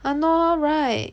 I know right